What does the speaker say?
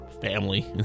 family